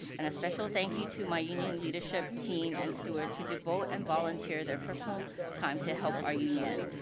and a special thank-you to my union leadership team and stewards who devote and volunteer their personal time to help our union.